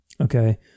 Okay